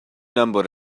number